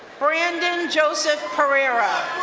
brandon joseph perreira,